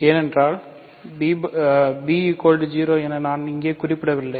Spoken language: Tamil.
ஏனென்றால் b 0 என நான் இங்கே குறிப்பிடவில்லை